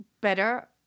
better